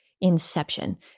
inception